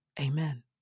Amen